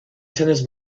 tennis